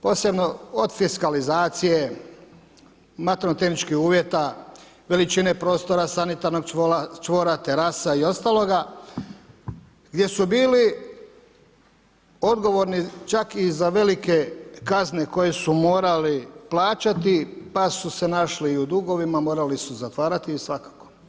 Posebno od fiskalizacije, materijalno-tehničkih uvjeta, veličine prostora, sanitarnog čvora, terasa i ostaloga gdje su bili odgovorni čak i za velike kazne koje su morali plaćati pa su se našli i u dugovima, morali su zatvarati i svakako.